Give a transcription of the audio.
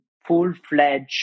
full-fledged